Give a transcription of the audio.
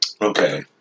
okay